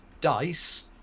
dice